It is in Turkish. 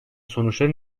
sonuçları